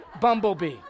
bumblebee